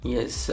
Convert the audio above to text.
Yes